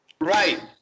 Right